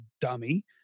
dummy